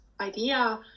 idea